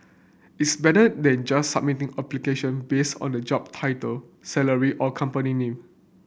it's better than just submitting application based on the job title salary or company name